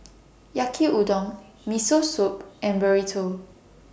Yaki Udon Miso Soup and Burrito